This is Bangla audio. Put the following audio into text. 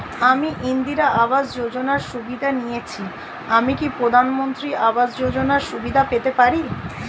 আমি ইন্দিরা আবাস যোজনার সুবিধা নেয়েছি আমি কি প্রধানমন্ত্রী আবাস যোজনা সুবিধা পেতে পারি?